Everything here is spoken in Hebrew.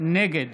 נגד